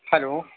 hello